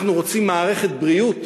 אנחנו רוצים מערכת בריאות